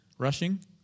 Rushing